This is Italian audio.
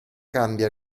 cambia